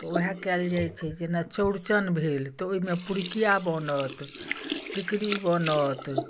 तऽ उएह कयल जाइत छै जेना चौड़चन भेल तऽ ओहिमे पिरुकिया बनत टिकरी बनत